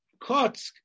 Kotsk